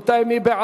אם כן, לחלופין ב'